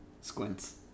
squints